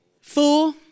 Four